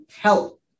help